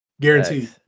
Guaranteed